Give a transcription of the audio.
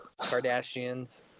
Kardashians